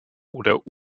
oder